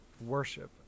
worship